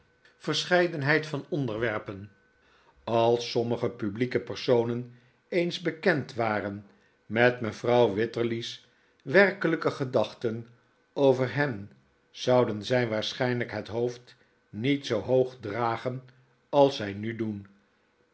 verscheidenheid van onderwerpen als sommige publieke personen eens bekend waren met mevrouw wititterly's werkelijke gedachten over hen zouden zij waarschijnlijk het hoofd niet zoo hoog dragen als zij nu doen